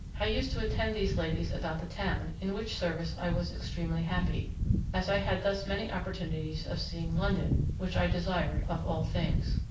i used to attend these ladies about the town, in which service i was extremely happy as i had thus many opportunities of seeing london, which i desired of all things.